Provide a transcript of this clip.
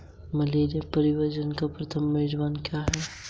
UPI ID कैसे बनाएं?